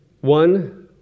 One